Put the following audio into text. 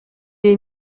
est